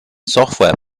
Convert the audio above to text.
software